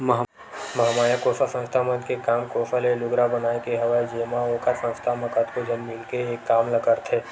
महामाया कोसा संस्था मन के काम कोसा ले लुगरा बनाए के हवय जेमा ओखर संस्था म कतको झन मिलके एक काम ल करथे